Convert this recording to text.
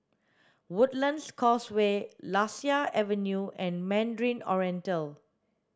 Woodlands Causeway Lasia Avenue and Mandarin Oriental